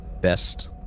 best